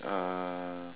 uh